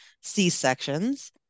C-sections